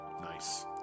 Nice